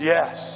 Yes